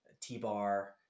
T-bar